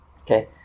Okay